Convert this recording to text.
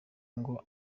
ngo